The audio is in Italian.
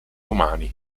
umani